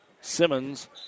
Simmons